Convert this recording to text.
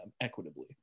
equitably